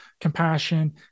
compassion